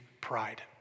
Pride